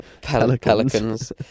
Pelicans